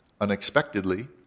unexpectedly